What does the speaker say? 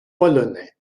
polonais